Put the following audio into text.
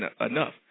enough